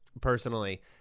personally